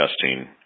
testing